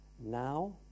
now